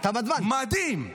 מדהים.